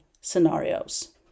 scenarios